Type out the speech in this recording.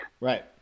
Right